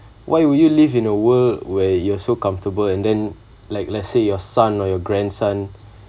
why would you live in a world where you're so comfortable and then like let's say your son or your grandson